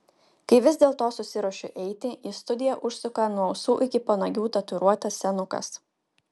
kai vis dėlto susiruošiu eiti į studiją užsuka nuo ausų iki panagių tatuiruotas senukas